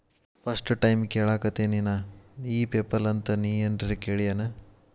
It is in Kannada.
ಫಸ್ಟ್ ಟೈಮ್ ಕೇಳಾಕತೇನಿ ನಾ ಇ ಪೆಪಲ್ ಅಂತ ನೇ ಏನರ ಕೇಳಿಯೇನ್?